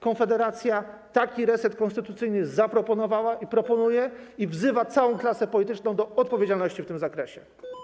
Konfederacja taki reset konstytucyjny zaproponowała i proponuje i wzywa całą klasę polityczną do odpowiedzialności w tym zakresie.